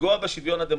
לפגוע בשוויון הדמוקרטי.